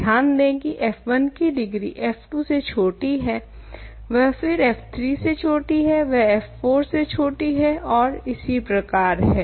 ध्यान दें की f1 की डिग्री f2 से छोटी है वह फिर f3 से छोटी है वह f4 से छोटी है और इसी प्रकार है